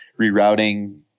rerouting